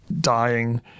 dying